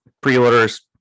pre-orders